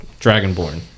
dragonborn